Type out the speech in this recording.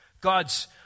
God's